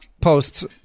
posts